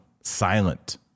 silent